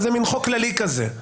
מין חוק כללי כזה.